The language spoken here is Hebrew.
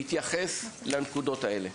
להתייחס לנקודות האלה,